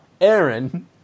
Aaron